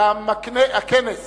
תם כנס